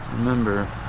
Remember